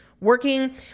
working